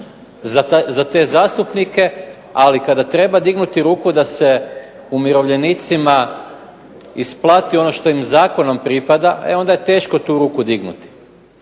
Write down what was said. za te zastupnike, ali kada treba dignuti ruku da se umirovljenicima isplati ono što im Zakonom pripada onda je teško tu ruku dignuti.